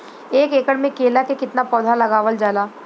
एक एकड़ में केला के कितना पौधा लगावल जाला?